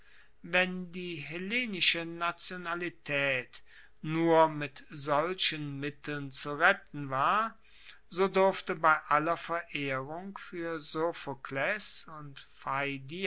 wenn die hellenische nationalitaet nur mit solchen mitteln zu retten war so durfte bei aller verehrung fuer sophokles und